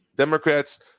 Democrats